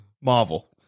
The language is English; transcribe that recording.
Marvel